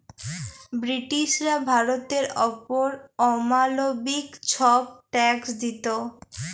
ব্রিটিশরা ভারতের অপর অমালবিক ছব ট্যাক্স দিত